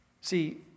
See